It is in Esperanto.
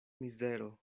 mizero